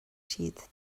siad